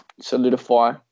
solidify